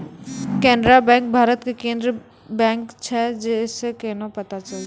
Canara bank भारत के केन्द्रीय बैंक छै से केना पता चलतै?